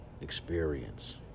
experience